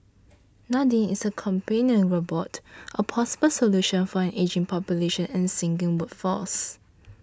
Nadine is a companion robot a possible solution for an ageing population and sinking workforce